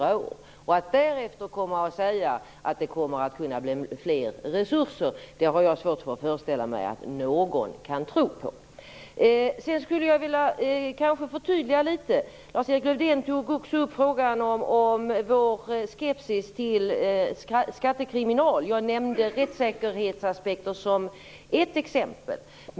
Att därefter säga att det kommer att kunna bli mer resurser har jag svårt att föreställa mig att någon kan tro på. Jag skulle vilja göra ett litet förtydligande. Lars Erik Lövdén tog också upp frågan om vår skepsis till en skattekriminal. Jag nämnde rättssäkerhetsaspekten som ett exempel.